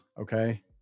okay